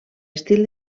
estil